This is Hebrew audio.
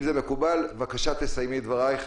אם זה מקובל, בבקשה תסיימי את דברייך.